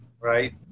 right